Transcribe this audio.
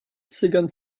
second